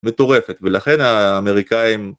מטורפת ולכן האמריקאים